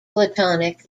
platonic